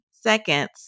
seconds